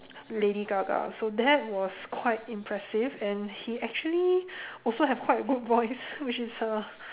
lady-gaga so that was quite impressive and he actually also have quite a good voice which is a